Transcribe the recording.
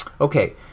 Okay